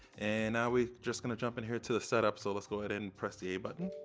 and now we just gonna jump in here to the setup, so let's go ahead and press the a button.